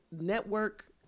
network